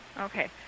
Okay